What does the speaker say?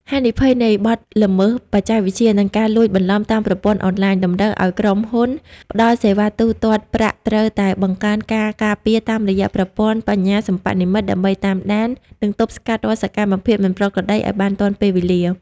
ហានិភ័យនៃបទល្មើសបច្ចេកវិទ្យា និងការលួចបន្លំតាមប្រព័ន្ធអនឡាញ តម្រូវឱ្យក្រុមហ៊ុនផ្ដល់សេវាទូទាត់ប្រាក់ត្រូវតែបង្កើនការការពារតាមរយៈប្រព័ន្ធបញ្ញាសិប្បនិម្មិតដើម្បីតាមដាន និងទប់ស្កាត់រាល់សកម្មភាពមិនប្រក្រតីឱ្យបានទាន់ពេលវេលា។